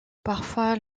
parfois